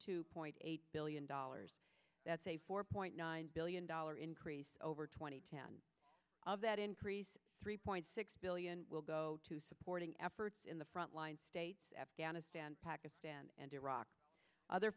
two point eight billion dollars that's a four point nine billion dollar increase over two thousand and ten of that increase three point six billion will go to supporting efforts in the front line states afghanistan pakistan and iraq other